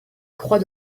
croix